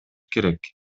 керек